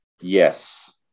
Yes